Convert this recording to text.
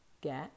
get